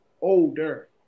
older